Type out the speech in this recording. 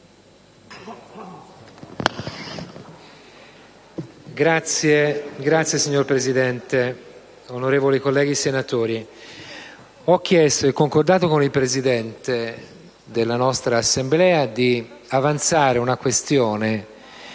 PSI)*. Signor Presidente, onorevoli colleghi senatori, ho chiesto e concordato con il Presidente della nostra Assemblea di avanzare una questione